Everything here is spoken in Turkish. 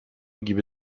gibi